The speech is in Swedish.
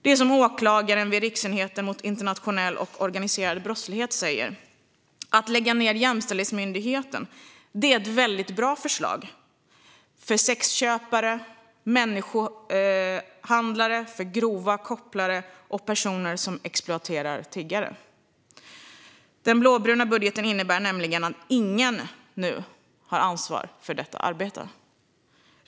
Det är som åklagaren vid Riksenheten mot internationell och organiserad brottslighet säger: Att lägga ned Jämställdhetsmyndigheten är ett väldigt bra förslag - för sexköpare, människohandlare, grova kopplare och personer som exploaterar tiggare. Den blåbruna budgeten innebär att ingen nu har ansvar för detta arbete.